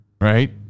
right